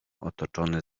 otoczony